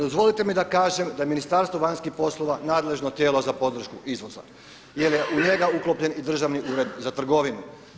Dozvolite mi da kažem da je Ministarstvo vanjskih poslova nadležno tijelo za podršku izvoza jer je u njega uklopljen i Državni ured za trgovinu.